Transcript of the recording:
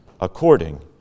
according